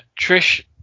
Trish